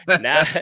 Now